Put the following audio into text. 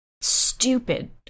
stupid